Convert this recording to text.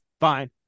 fine